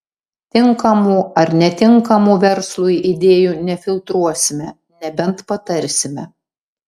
tinkamų ar netinkamų verslui idėjų nefiltruosime nebent patarsime